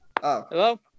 Hello